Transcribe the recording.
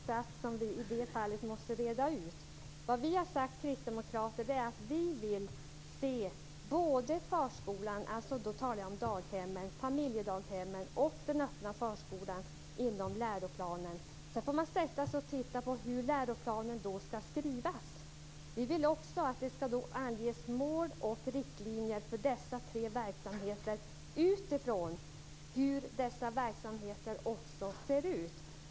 Fru talman! Det finns flera saker, Beatrice Ask, som vi i det fallet måste reda ut. Vi kristdemokrater har sagt att vi vill se såväl förskolan - då talar jag om daghemmen - som familjedaghemmen och den öppna förskolan inom läroplanen. Sedan får man sätta sig ned och titta på hur läroplanen skall skrivas. Vi vill att det skall anges mål och riktlinjer för dessa tre verksamheter utifrån hur dessa verksamheter ser ut.